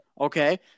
Okay